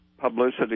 publicity